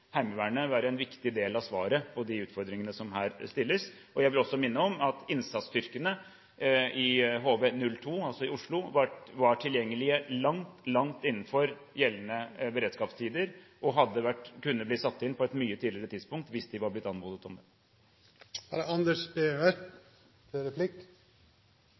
Heimevernet være en viktig del av svaret på de utfordringene som her stilles. Jeg vil også minne om at innsatsstyrkene i HV-02, i Oslo, var tilgjengelige langt, langt innenfor gjeldende beredskapstider og kunne ha blitt satt inn på et mye tidligere tidspunkt, hvis de var blitt anmodet om